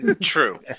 true